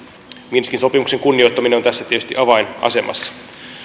minskin sopimuksen kunnioittaminen on tässä tietysti avainasemassa